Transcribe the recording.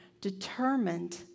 determined